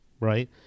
right